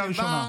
קריאה ראשונה.